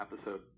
episode